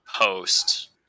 post